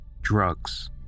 drugs